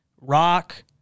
rock